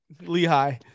Lehigh